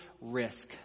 risk